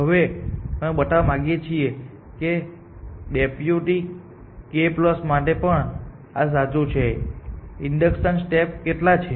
હવે અમે બતાવવા માંગીએ છીએ કે ડેપ્યુટી k માટે પણ આ સાચું છે ઇન્ડક્શન સ્ટેપ કેટલા છે